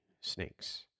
snakes